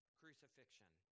crucifixion